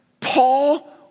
Paul